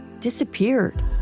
disappeared